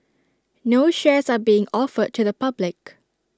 no shares are being offered to the public